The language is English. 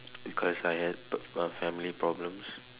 because I had a a family problems